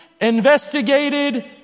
investigated